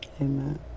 Amen